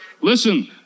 listen